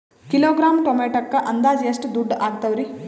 Kilogram ಟೊಮೆಟೊಕ್ಕ ಅಂದಾಜ್ ಎಷ್ಟ ದುಡ್ಡ ಅಗತವರಿ?